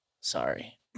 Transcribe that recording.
sorry